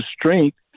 strength